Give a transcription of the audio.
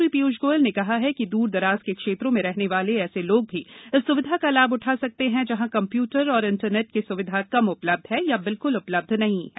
rail मंत्री पीयूष गोयल ने कहा है कि द्रदराज के क्षेत्रों में रहने वाले ऐसे लोग भी इस सुविधा का लाभ उठा सकते हैं जहां कंप्यूटर और इंटरनेट की सुविधा कम उपलब्ध है या बिलकुल उपलब्ध नहीं है